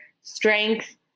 strength